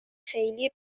خیلی